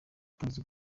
atazi